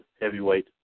Heavyweight